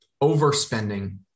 overspending